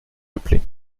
appelé